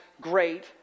great